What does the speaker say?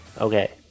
Okay